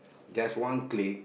just one click